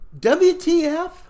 WTF